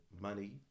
money